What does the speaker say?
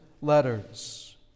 letters